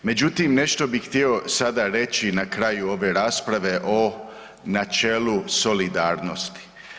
Međutim, nešto bih htio sada reći na kraju ove rasprave o načelu solidarnosti.